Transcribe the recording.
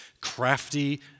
crafty